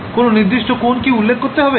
কোন নির্দিষ্ট কোণ কি উল্লেখ করতে হবে